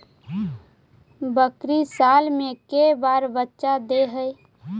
बकरी साल मे के बार बच्चा दे है?